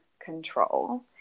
Control